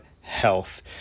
health